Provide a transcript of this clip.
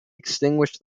extinguished